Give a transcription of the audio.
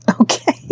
Okay